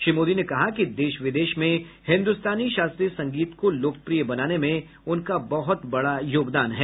श्री मोदी ने कहा कि देश विदेश में हिन्दुस्तानी शास्त्रीय संगीत को लोकप्रिय बनाने में उनका बहुत बड़ा योगदान है